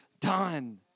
done